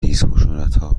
ریزخشونتها